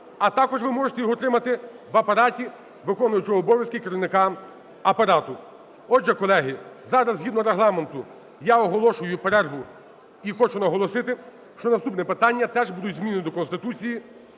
а також ви можете їх отримати в Апараті виконуючого обов'язки Керівника Апарату. Отже, колеги, зараз згідно Регламенту, я оголошую перерву. І хочу наголосити, що наступні питання теж будуть зміни до Конституції.